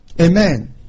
Amen